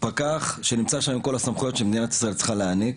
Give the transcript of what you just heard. פקח שנמצא שם כל הסמכויות שמדינת ישראל צריכה להעניק.